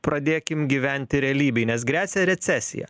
pradėkim gyventi realybėj nes gresia recesija